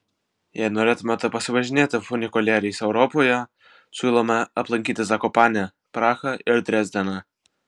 jei norėtumėte pasivažinėti funikulieriais europoje siūlome aplankyti zakopanę prahą ir dresdeną